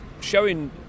showing